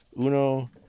Uno